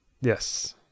Yes